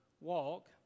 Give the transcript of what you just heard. walk